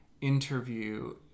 interview